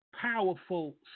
powerful